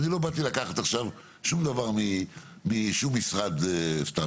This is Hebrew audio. ואני לא באתי לקחת עכשיו שום דבר משום משרד סתם,